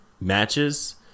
matches